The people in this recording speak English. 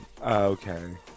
Okay